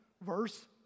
verse